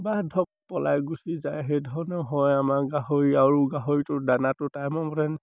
বা ধৰক পলাই গুচি যায় সেইধৰণে হয় আমাৰ গাহৰি আৰু গাহৰিটোৰ দানাটো টাইমৰ মতে